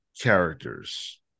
characters